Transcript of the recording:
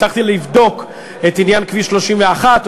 הבטחתי לבדוק את עניין כביש 31,